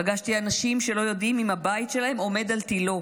פגשתי אנשים שלא יודעים אם הבית שלהם עומד על תילו,